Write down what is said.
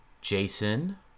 Jason